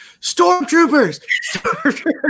stormtroopers